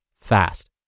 fast